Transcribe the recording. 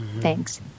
Thanks